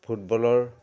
ফুটবলৰ